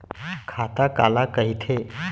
खाता काला कहिथे?